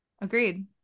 agreed